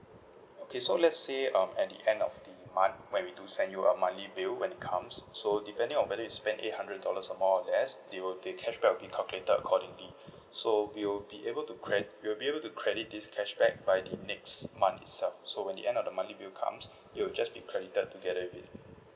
okay so let's say um at the end of the month when we do send you a monthly bill when it comes so depending on whether you spend eight hundred dollars or more or less they will the cashback will be calculated accordingly so we'll be able to cre~ we'll be able to credit this cashback by the next month itself so when the end of the monthly bill comes it will just be credited together with it